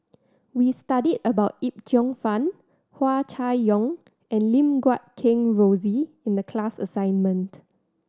we studied about Yip Cheong Fun Hua Chai Yong and Lim Guat Kheng Rosie in the class assignment